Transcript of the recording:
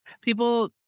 people